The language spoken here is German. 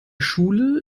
schule